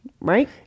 right